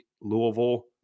Louisville